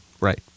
right